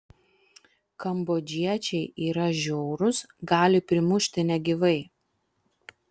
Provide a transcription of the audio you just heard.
kambodžiečiai yra žiaurūs gali primušti negyvai